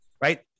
right